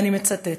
ואני מצטטת: